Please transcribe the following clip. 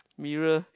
mirror